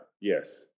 yes